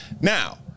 Now